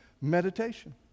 Meditation